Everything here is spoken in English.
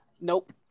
Nope